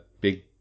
big